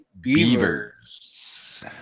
Beavers